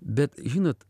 bet žinot